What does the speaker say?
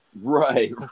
right